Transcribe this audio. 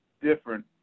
different